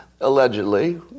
allegedly